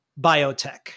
biotech